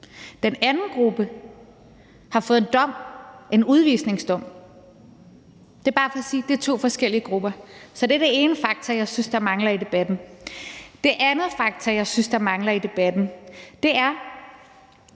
Den anden gruppe har fået en dom, altså en udvisningsdom. Det er bare for at sige, at det er to forskellige grupper. Det er det ene faktum, jeg synes mangler i debatten. Det andet faktum, jeg synes mangler i debatten, er,